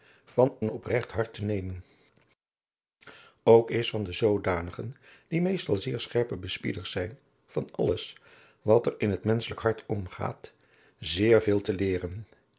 van een opregt hart te nemen ook is van de zoodanigen die meestal zeer scherpe bespieders zijn van alles wat er in het menschelijk hart omgaat zeer veel te leeren